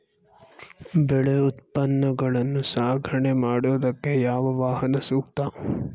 ಬೆಳೆ ಉತ್ಪನ್ನಗಳನ್ನು ಸಾಗಣೆ ಮಾಡೋದಕ್ಕೆ ಯಾವ ವಾಹನ ಸೂಕ್ತ?